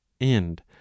End